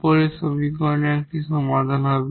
উপরের সমীকরণের একটি সমাধান হবে